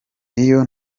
iyo